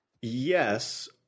Yes